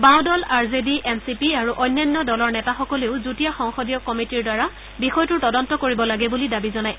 বাওঁদল R J D N C P আৰু অন্যান্য দলৰ নেতাসকলেও যুটীয়া সংসদীয় কমিটীৰ দ্বাৰা বিষয়টোৰ তদন্ত কৰিব লাগে বুলি দাবী জনায়